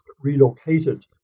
relocated